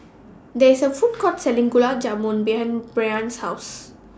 There IS A Food Court Selling Gulab Jamun behind Bryana's House